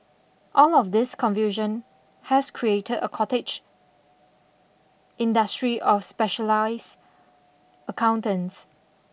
all of this confusion has created a cottage industry of specialised accountants